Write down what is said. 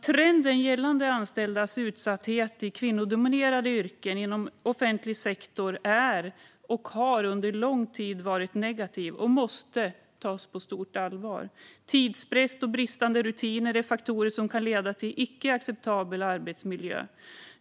Trenden gällande anställdas utsatthet i kvinnodominerade yrken inom offentlig sektor är och har under lång tid varit negativ, och det måste tas på stort allvar. Tidsbrist och bristande rutiner är faktorer som kan leda till en icke acceptabel arbetsmiljö.